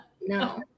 no